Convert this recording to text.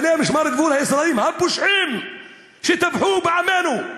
חיילי משמר הגבול הישראלים הפושעים שטבחו בעמנו.